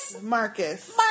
Marcus